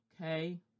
okay